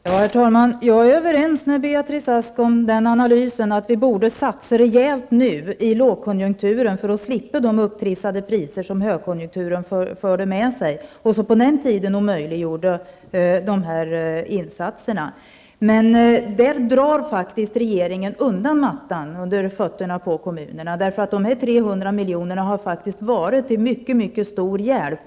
Herr talman! Vi är överens med Beatrice Ask om att det borde satsas rejält nu under lågkonjunkturen för att man skall slippa de upptrissade priser som en högkonjunktur för med sig och som omöjliggör insatser av den här typen. Men nu drar regeringen undan mattan under fötterna för kommunerna, eftersom dessa 300 milj.kr. har varit till mycket stor hjälp.